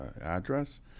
address